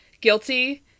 guilty